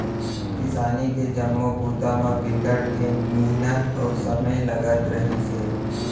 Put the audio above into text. किसानी के जम्मो बूता म बिकट के मिहनत अउ समे लगत रहिस हे